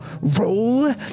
Roll